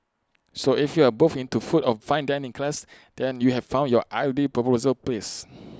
so if you are both into food of fine dining class then you have found your ideal proposal place